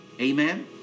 Amen